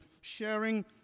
sharing